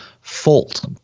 fault